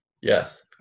yes